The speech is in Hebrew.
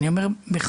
אני אומר בכוונה: